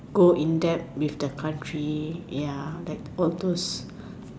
go in depth with the country ya like all those